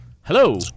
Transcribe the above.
Hello